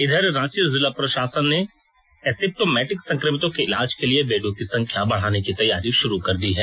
इधर रांची जिला प्रशासन ने एसिप्टोमेटिक संक्रमितों के इलाज के लिए बेडों की संख्या बढ़ाने की तैयारी शुरू कर दी है